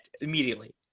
immediately